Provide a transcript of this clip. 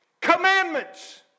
commandments